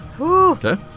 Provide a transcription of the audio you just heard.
Okay